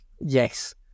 Yes